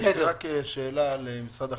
יש לי שאלה למשרד החקלאות.